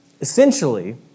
Essentially